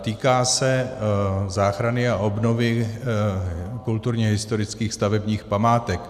Týká se záchrany a obnovy kulturně historických stavebních památek.